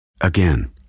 Again